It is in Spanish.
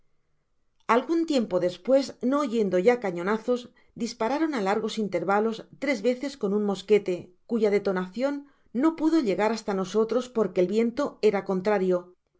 algun tiempo despues no oyendo ya cañonazos dispararon á largos intérvalos tres veces un mosquete cuya detonacion no pudo llegar hasta nosotros porque el viento e ra contrario